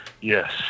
yes